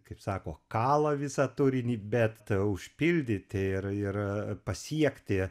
kaip sako kala visą turinį bet užpildyti ir ir pasiekti